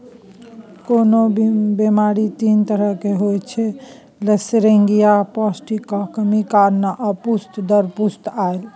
कोनो बेमारी तीन तरहक होइत छै लसेंगियाह, पौष्टिकक कमी कारणेँ आ पुस्त दर पुस्त आएल